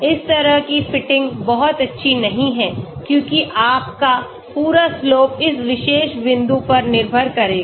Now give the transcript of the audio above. इस तरह की फिटिंग बहुत अच्छी नहीं है क्योंकि आपका पूरा slope इस विशेष बिंदु पर निर्भर करेगा